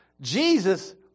Jesus